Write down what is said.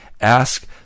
Ask